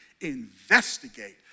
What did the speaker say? investigate